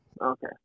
Okay